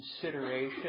consideration